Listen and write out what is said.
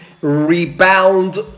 rebound